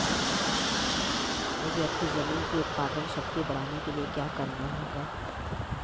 मुझे अपनी ज़मीन की उत्पादन शक्ति बढ़ाने के लिए क्या करना होगा?